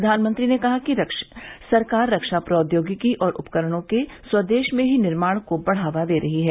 प्रधानमंत्री ने कहा कि सरकार रक्षा प्रौद्योगिकी और उपकरणों के स्वदेश में ही निर्माण को बढावा दे रही है